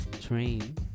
train